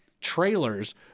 trailers